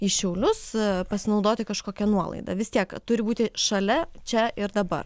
į šiaulius pasinaudoti kažkokia nuolaida vis tiek turi būti šalia čia ir dabar